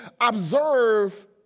observe